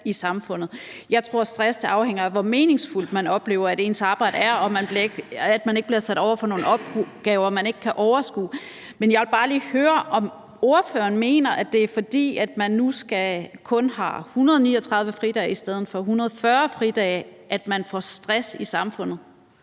Jeg tror, at stress afhænger af, hvor meningsfuldt man oplever at ens arbejde er, og at man ikke bliver stillet over for nogle opgaver, man ikke kan overskue. Jeg vil bare lige høre, om ordføreren mener, at det er, fordi man nu kun har 139 fridage i stedet for 140 fridage, at man får stress i samfundet.